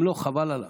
אם לא, חבל עליו.